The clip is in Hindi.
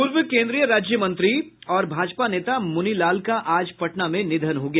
पूर्व केन्द्रीय राज्य मंत्री और भाजपा नेता मुनिलाल का आज पटना में निधन हो गया